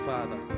Father